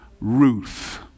Ruth